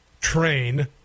train